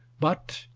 but,